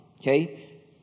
okay